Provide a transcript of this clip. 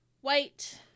white